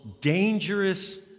dangerous